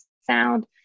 sound